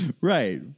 Right